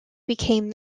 became